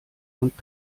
und